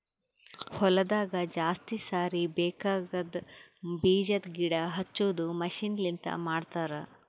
ಹೊಲದಾಗ ಜಾಸ್ತಿ ಸಾರಿ ಬೇಕಾಗದ್ ಬೀಜದ್ ಗಿಡ ಹಚ್ಚದು ಮಷೀನ್ ಲಿಂತ ಮಾಡತರ್